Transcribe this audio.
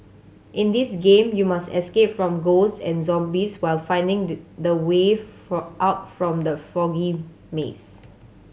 in this game you must escape from ghosts and zombies while finding the the way for out from the foggy maze